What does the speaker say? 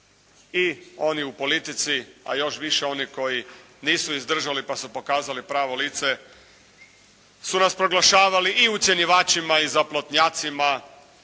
i oni u politici a još više oni koji nisu izdržali pa su pokazali pravo lice su nas proglašavali i ucjenjivačima i zaplotnjacima,